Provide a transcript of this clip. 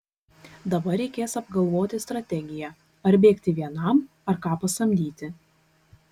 dabar reikės apgalvoti strategiją ar bėgti vienam ar ką pasamdyti